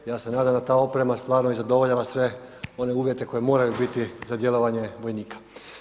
Ja se nadam da ta oprema stvarno i zadovoljava sve one uvjete koje moraju biti za djelovanje vojnika.